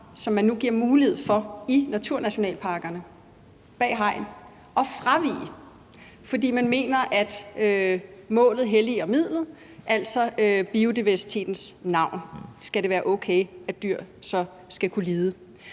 som man nu giver mulighed for i naturnationalparkerne bag hegn at fravige, fordi man mener, at målet helliger midlet, altså at det i biodiversitetens navn skal være okay, at dyr så skal kunne lide.